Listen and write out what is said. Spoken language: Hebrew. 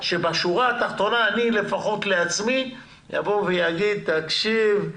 שבשורה התחתונה אני לפחות לעצמי אגיד: תקשיב,